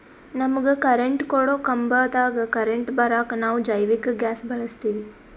ನಮಗ ಕರೆಂಟ್ ಕೊಡೊ ಕಂಬದಾಗ್ ಕರೆಂಟ್ ಬರಾಕ್ ನಾವ್ ಜೈವಿಕ್ ಗ್ಯಾಸ್ ಬಳಸ್ತೀವಿ